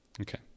Okay